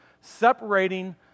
separating